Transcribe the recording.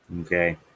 Okay